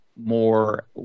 more